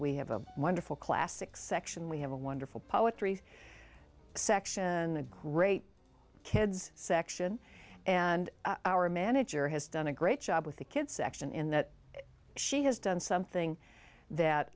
we have a wonderful classics section we have a wonderful poetry section and a great kids section and our manager has done a great job with the kids section in that she has done something that